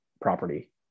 property